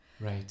right